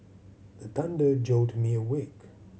the thunder jolt me awake